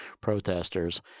protesters